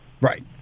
right